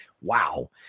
wow